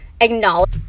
acknowledge